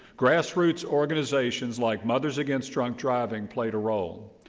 grassroots organizations like mothers against drunk driving played a role.